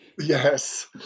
yes